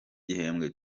gihembwe